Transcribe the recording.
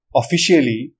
officially